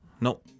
No